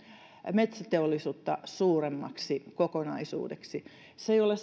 metsäteollisuutta suuremmaksi kokonaisuudeksi se ei ole